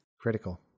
Critical